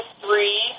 three